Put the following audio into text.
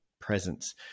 presence